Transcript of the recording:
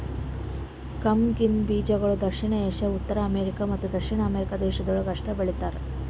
ಕಂಗ್ನಿ ಬೀಜಗೊಳ್ ದಕ್ಷಿಣ ಏಷ್ಯಾ, ಉತ್ತರ ಅಮೇರಿಕ ಮತ್ತ ದಕ್ಷಿಣ ಅಮೆರಿಕ ದೇಶಗೊಳ್ದಾಗ್ ಅಷ್ಟೆ ಬೆಳೀತಾರ